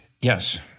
Yes